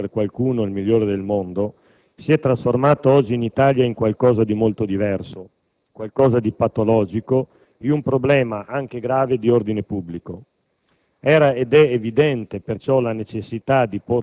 Quello che era un gioco, uno splendido spettacolo (per qualcuno il migliore del mondo), si è trasformato oggi in Italia in qualcosa di molto diverso, qualcosa di patologico, in un problema anche grave di ordine pubblico.